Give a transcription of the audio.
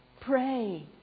pray